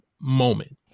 moment